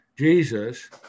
Jesus